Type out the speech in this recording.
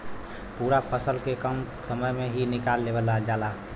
पूरा फसल के कम समय में ही निकाल लेवल जाला